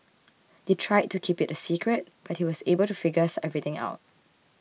they tried to keep it a secret but he was able to figures everything out